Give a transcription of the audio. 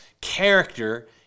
character